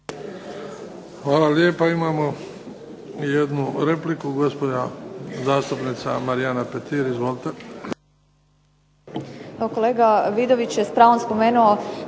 Hvala lijepa. Imamo i jednu repliku, gospođa zastupnica Marijana Petir. Izvolite.